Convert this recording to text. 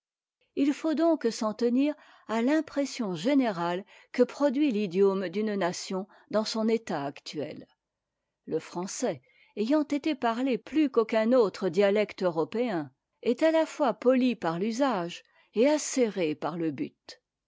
il faut donc s'en tenir à l'impression générale que produit l'idiome d'une nation dans son état actuel le français ayant été parlé plus qu'aucun autre dialecte européen est à la fois poli par l'usage et acéré pour le but